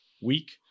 week